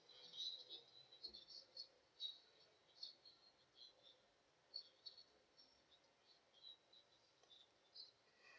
so uh